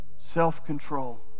self-control